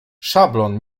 szablon